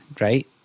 Right